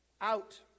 out